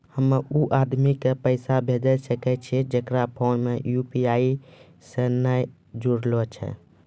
हम्मय उ आदमी के पैसा भेजै सकय छियै जेकरो फोन यु.पी.आई से नैय जूरलो छै?